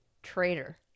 traitor